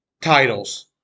titles